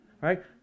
right